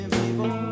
people